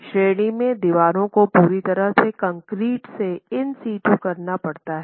इस श्रेणी में दीवार को पूरी तरह से कंक्रीट से इन सीटू करना पड़ता है